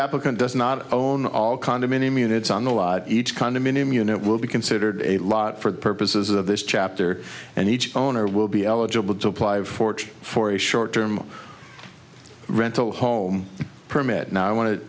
applicant does not own all condominium units on the lot each condominium unit will be considered a lot for the purposes of this chapter and each owner will be eligible to apply for a short term rental home permit no i want to